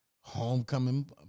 Homecoming